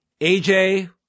AJ